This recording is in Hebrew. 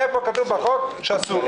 איפה כתוב בחוק שאסור לי?